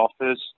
office